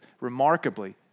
remarkably